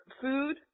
food